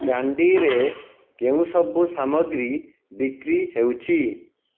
କ୍ୟାଣ୍ଡିରେ କେଉଁସବୁ ସାମଗ୍ରୀ ବିକ୍ରି ହେଉଛି